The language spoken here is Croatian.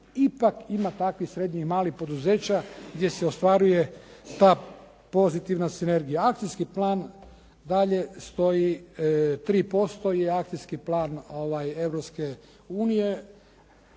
Ipak ima takvih srednjih i malih poduzeća gdje se ostvaruje ta pozitivna sinergija. Akcijski plan dalje stoji 3% i Akcijski plan Europske unije,